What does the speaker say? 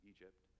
Egypt